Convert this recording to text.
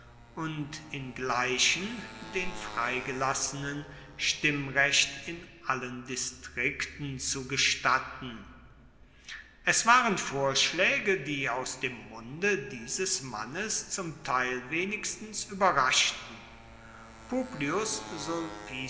und ingleichen den freigelassenen stimmrecht in allen distrikten zu gestatten es waren vorschläge die aus dem munde dieses mannes zum teil wenigstens überraschten publius